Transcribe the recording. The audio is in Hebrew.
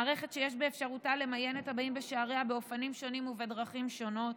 מערכת שיש באפשרותה למיין את הבאים בשעריה באופנים שונים ובדרכים שונות.